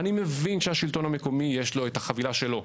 אני מבין שלשלטון המקומי יש את החבילה שלו,